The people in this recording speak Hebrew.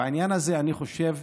בעניין הזה אני חושב,